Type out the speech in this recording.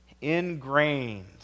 ingrained